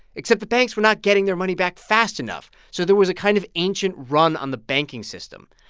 except the banks were not getting their money back fast enough, so there was a kind of ancient run on the banking system.